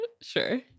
sure